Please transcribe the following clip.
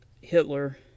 Hitler